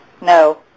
No